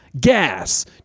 Gas